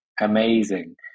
amazing